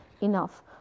enough